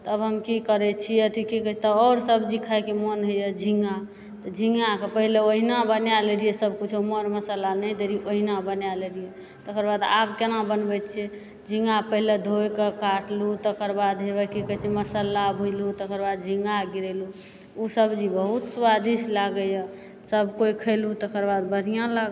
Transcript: तभ हम की करै छी अथि तऽ आओर सब्जी खाइ के मोन होइया झींगा तऽ झींगाके पहिले ओहिना बना लए रहिए सभकुछो मोर मसल्ला नहि डालियै ओहिना बना लेलियै तकर बाद आब केना बनबै छियै झींगा पहिले धोइ कऽ काटलू तकर बाद हेबऽ की कहै छै मसल्ला भुजलू तकर बाद झींगा गिरेलू ओ सब्जी बहुत स्वादिष्ट लागै यऽ सभ कोइ खइलू तकर बाद बढ़िऑं लाग